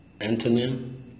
Antonym